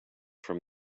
from